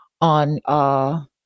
on